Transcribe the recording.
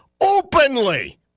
openly